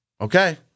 Okay